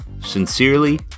sincerely